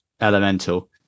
elemental